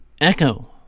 echo